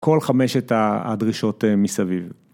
כל חמשת הדרישות מסביב.